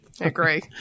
Agree